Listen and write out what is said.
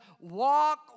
walk